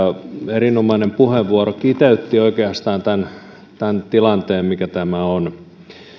erinomainen puheenvuoro kiteytti oikeastaan tämän tämän tilanteen mikä tämä on